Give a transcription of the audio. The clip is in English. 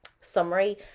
summary